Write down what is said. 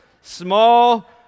Small